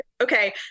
Okay